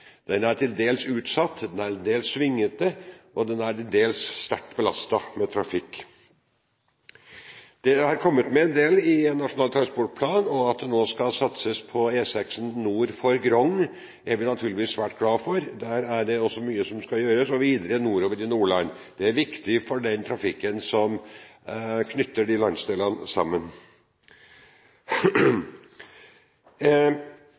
Den er til dels utsatt, til dels svingete og til dels sterkt belastet med trafikk. Det har kommet med en del i Nasjonal transportplan om at det nå skal satses på E6 nord for Grong og videre til Nordland. Det er vi naturligvis svært glad for – der er det mye som skal gjøres. Det er viktig for trafikken som knytter de landsdelene sammen.